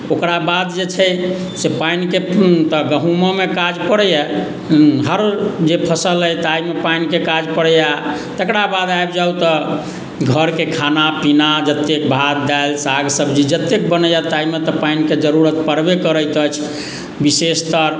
ओकरा बाद जे छै से पानिके तऽ गहूँमोमे काज पड़ैए हर जे फसल अछि ताहिमे पानिके काज पड़ैए तकरा बाद आबि जाउ तऽ घरके खाना पीना जतेक भात दालि साग सब्जी जतेक बनैए ताहिमे तऽ पानिके जरूरत पड़बे करैत अछि विशेषतः